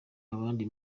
abandi